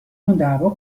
تنددعوا